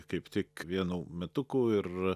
kaip tik vienų metukų ir